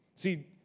see